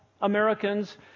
Americans